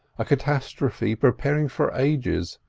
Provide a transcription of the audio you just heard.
a catastrophe preparing for ages,